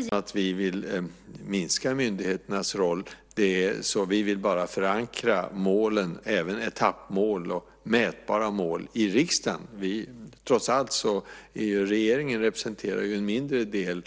Fru talman! Jag tror inte att man ska läsa detta som att vi vill minska myndigheternas roll. Vi vill bara förankra målen, även etappmål och mätbara mål, i riksdagen. Trots allt representerar regeringen en mindre del